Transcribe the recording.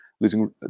losing